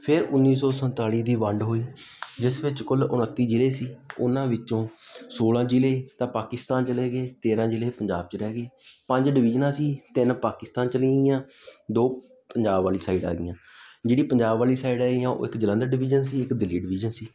ਫਿਰ ਉੱਨੀ ਸੌ ਸੰਤਾਲੀ ਦੀ ਵੰਡ ਹੋਈ ਜਿਸ ਵਿੱਚ ਕੁੱਲ ਉਨੱਤੀ ਜ਼ਿਲ੍ਹੇ ਸੀ ਉਹਨਾਂ ਵਿੱਚੋਂ ਸੌਲ੍ਹਾਂ ਜ਼ਿਲ੍ਹੇ ਤਾਂ ਪਾਕਿਸਤਾਨ ਚਲੇ ਗਏ ਤੇਰ੍ਹਾਂ ਜ਼ਿਲ੍ਹੇ ਪੰਜਾਬ 'ਚ ਰਹਿ ਗਏ ਪੰਜ ਡਿਵੀਜ਼ਨਾਂ ਸੀ ਤਿੰਨ ਪਾਕਿਸਤਾਨ ਚਲੀਆਂ ਗਈਆਂ ਦੋ ਪੰਜਾਬ ਵਾਲੀ ਸਾਈਡ ਆ ਗਈਆਂ ਜਿਹੜੀ ਪੰਜਾਬ ਵਾਲੀ ਸਾਈਡ ਹੈਗੀਆਂ ਉਹ ਇੱਕ ਜਲੰਧਰ ਡਿਵੀਜ਼ਨ ਸੀ ਇੱਕ ਦਿੱਲੀ ਡਿਵੀਜ਼ਨ ਸੀ